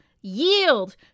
yield